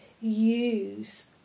use